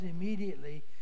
immediately